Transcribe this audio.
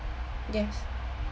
yes